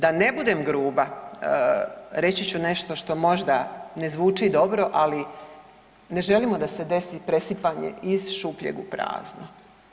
Da ne budem gruba reći ću nešto što možda ne zvuči dobro, ali ne želimo da se desi presipanje iz šupljeg u prazno.